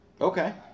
Okay